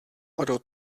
pro